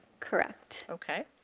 correct. okay.